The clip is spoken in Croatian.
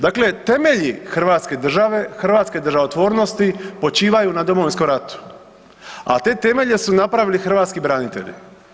Dakle, temelji Hrvatske države, hrvatske državotvornosti počivaju na Domovinskom ratu, a te temelje su napravili hrvatski branitelji.